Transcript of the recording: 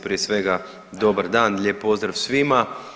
Prije svega dobar dan lijep pozdrav svima.